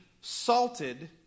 salted